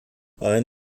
ein